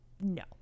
no